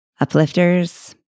Uplifters